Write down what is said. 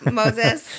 moses